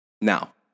Now